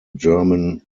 german